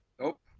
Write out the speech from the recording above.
Nope